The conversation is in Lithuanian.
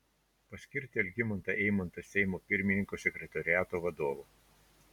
paskirti algimantą eimantą seimo pirmininko sekretoriato vadovu